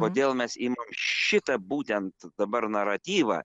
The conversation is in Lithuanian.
kodėl mes imam šitą būtent dabar naratyvą